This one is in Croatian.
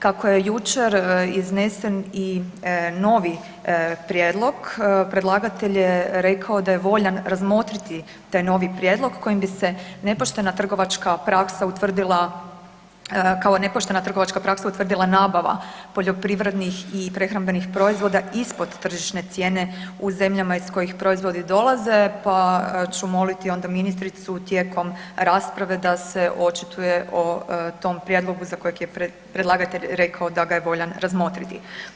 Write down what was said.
Kako je jučer iznesen i novi prijedlog, predlagatelj je rekao da je voljan razmotriti taj novi prijedlog kojim bi se nepoštena trgovačka praksa utvrdila, kao nepoštena trgovačka praksa utvrdila nabava poljoprivrednih i prehrambenih proizvoda ispod tržišne cijene u zemljama iz kojih proizvodi dolaze, pa ću moliti onda ministricu tijekom rasprave da se očituje o tom prijedlogu za kojeg je predlagatelj rekao da ga je voljan razmotriti.